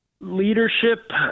leadership